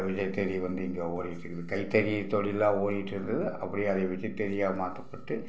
விசைத்தறி வந்து இங்கே ஓடிக்கிட்டிருக்குது கைத்தறி தொழிலா ஓடிட்டிருந்தது அப்படியே அதை விசைத்தறியாக மாற்றப்பட்டு